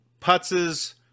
putzes